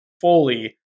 fully